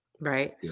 Right